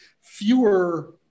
fewer